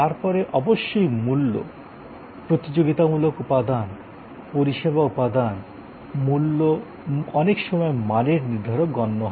তারপরে অবশ্যই মূল্য প্রতিযোগিতামূলক উপাদান পরিষেবা উপাদান মূল্য অনেকসময় মানের নির্ধারক গণ্য হয়